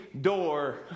door